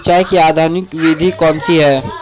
सिंचाई की आधुनिक विधि कौनसी हैं?